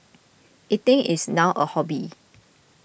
eating is now a hobby